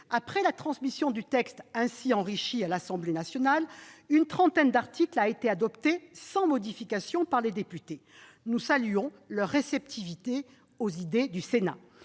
Après la transmission du texte ainsi enrichi à l'Assemblée nationale, une trentaine d'articles ont été adoptés sans modifications par les députés. Nous saluons leur réceptivité aux idées du Sénat.